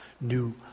new